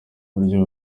buryo